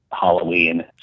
Halloween